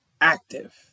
active